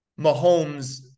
Mahomes